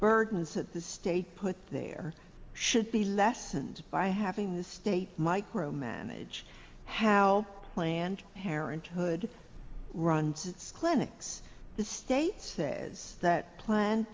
burdens that the state put there should be lessened by having the state micromanage have planned parenthood runs its clinics the state says that planned